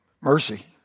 mercy